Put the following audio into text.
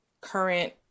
current